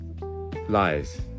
Lies